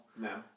No